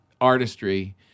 artistry